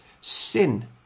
sin